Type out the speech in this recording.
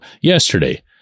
yesterday